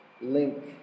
link